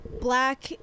black